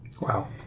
Wow